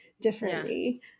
differently